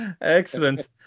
Excellent